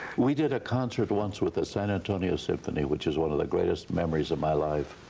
we did a concert once with the san antonio symphony, which was one of the greatest memories of my life,